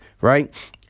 right